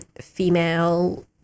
female